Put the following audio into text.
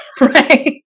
right